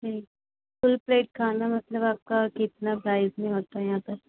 जी full plate खाना मतलब आपका कितना प्राइज़ में होता यहाँ पर